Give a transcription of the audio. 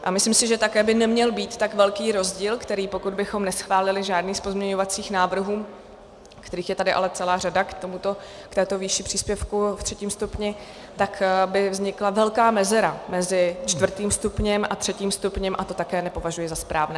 A myslím si, že by také neměl být tak velký rozdíl, který, pokud bychom neschválili žádný z pozměňovacích návrhů, kterých je tady ale celá řada k této výši příspěvku ve třetím stupni, tak by vznikla velká mezera mezi čtvrtým stupněm a třetím stupněm a to také nepovažuji za správné.